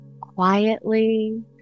quietly